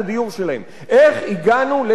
איך הגענו להפקרות כזאת,